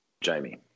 Jamie